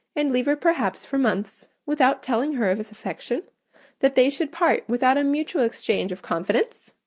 and leave her perhaps for months, without telling her of his affection that they should part without a mutual exchange of confidence?